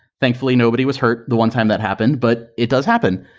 thankfully nobody was hurt the one time that happened, but it does happen.